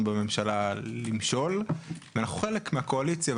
בממשלה למשול ואנחנו חלק מהקואליציה,